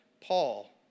Paul